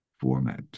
format